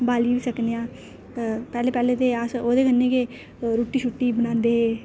बाली बी सकने आं पैह्लें पैह्लें ते अस ओह्दे कन्नै गै रुट्टी शुट्टी बनांदे हे